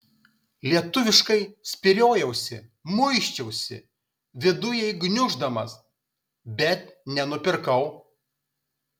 lietuviškai spyriojausi muisčiausi vidujai gniuždamas bet nenupirkau